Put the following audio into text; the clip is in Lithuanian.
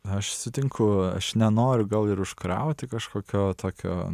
aš sutinku aš nenoriu gal ir užkrauti kažkokio tokio